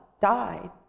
died